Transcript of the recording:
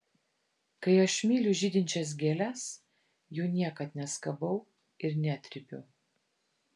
kai aš myliu žydinčias gėles jų niekad neskabau ir netrypiu